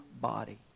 body